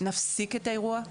נפסיק את האירוע.